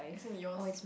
is it yours